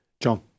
John